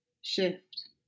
shift